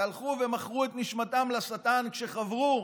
והלכו ומכרו את נשמתם לשטן כשחברו